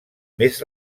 més